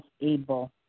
able